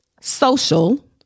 social